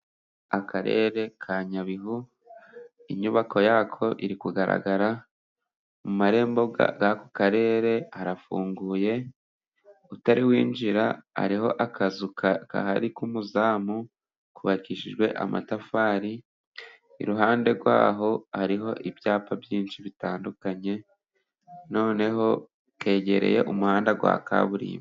Akarere ka nyabihu, inyubako yako iri kugaragara ,mumarembo y'ako karere harafunguye, utari winjira hariho akazu gahari k'umuzamu kubabakishijwe amatafari, iruhande rwaho hariho ibyapa byinshi bitandukanye, noneho kegereye umuhanda wa kaburimbo.